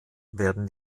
werden